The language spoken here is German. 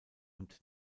und